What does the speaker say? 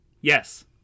Yes